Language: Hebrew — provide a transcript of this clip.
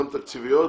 תקציביות.